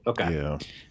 Okay